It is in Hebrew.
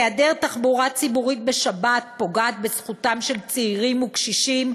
היעדר תחבורה ציבורית בשבת פוגע בזכותם של צעירים וקשישים